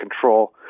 control